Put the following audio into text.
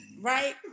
right